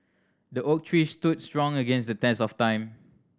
the oak tree stood strong against the test of time